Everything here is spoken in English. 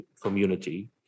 community